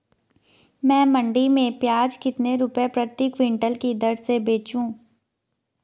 मैं मंडी में प्याज कितने रुपये प्रति क्विंटल की दर से बेचूं?